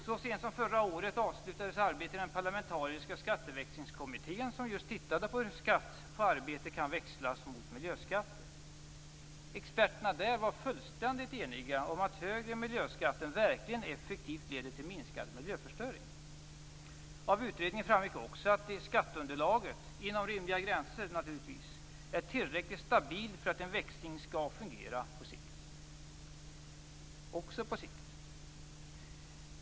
Så sent som förra året avslutades arbetet i den parlamentariska Skatteväxlingskommittén, som just tittade på hur skatt på arbete kan växlas mot miljöskatter. Experterna där var fullständigt eniga om att högre miljöskatter verkligen effektivt leder till minskad miljöförstöring. Av utredningen framgick också att skatteunderlaget, inom rimliga gränser, är tillräckligt stabilt för att en växling skall fungera på sikt.